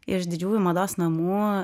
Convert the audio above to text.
iš didžiųjų mados namų